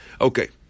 Okay